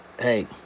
Hey